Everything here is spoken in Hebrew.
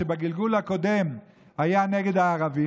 שבגלגול הקודם היה נגד הערבים.